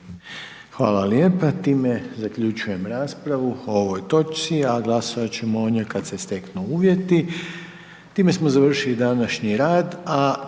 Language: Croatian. Hvala lijepo. Time zaključujem raspravu o ovoj točci, a glasovat ćemo o njoj kad se steknu uvjeti. Time smo završili današnji rad, a